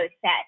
set